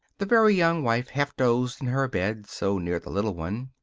the very young wife half dozed in her bed, so near the little one.